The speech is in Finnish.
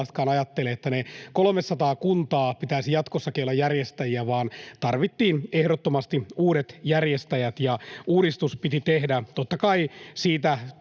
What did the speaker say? perussuomalaisetkaan, ajattele, että niiden 300 kunnan pitäisi jatkossakin olla järjestäjiä, vaan tarvittiin ehdottomasti uudet järjestäjät, ja uudistus piti tehdä.